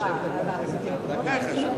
1 2 נתקבלו.